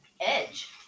Edge